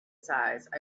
size